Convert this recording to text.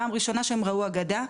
פעם ראשונה שהם ראו הגדה,